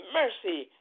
mercy